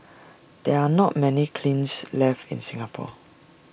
there are not many kilns left in Singapore